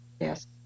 Yes